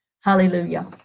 hallelujah